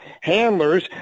handlers